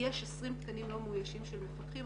יש 20 תקנים לא מאוישים של מפקחים.